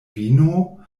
vino